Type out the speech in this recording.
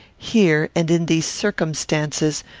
here, and in these circumstances,